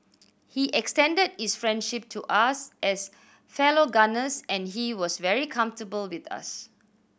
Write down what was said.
he extended his friendship to us as fellow gunners and he was very comfortable with us